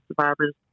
survivors